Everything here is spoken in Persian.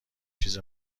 چیز